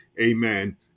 amen